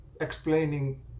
explaining